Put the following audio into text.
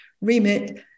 remit